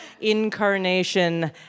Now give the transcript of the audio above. incarnation